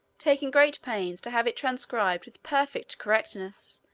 taking great pains to have it transcribed with perfect correctness,